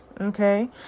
okay